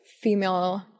female